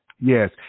Yes